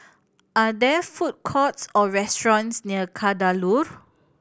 are there food courts or restaurants near Kadaloor